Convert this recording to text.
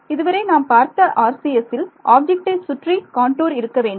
இதுவரை நாம் பார்த்த RCSல் ஆப்ஜெக்ட்டை சுற்றி காண்டூர் இருக்கவேண்டும்